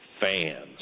fans